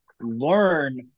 learn